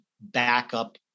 backup